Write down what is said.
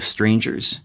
Strangers